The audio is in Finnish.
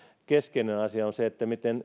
keskeinen asia on se miten